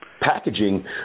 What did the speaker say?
packaging